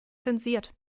zensiert